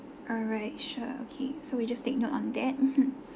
alright sure okay so we just take note on that mmhmm